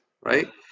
right